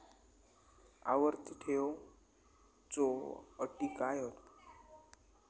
आवर्ती ठेव च्यो अटी काय हत?